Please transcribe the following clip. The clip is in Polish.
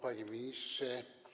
Panie Ministrze!